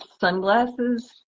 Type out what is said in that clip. sunglasses